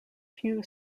few